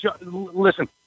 listen